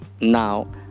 Now